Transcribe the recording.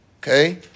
okay